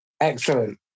Excellent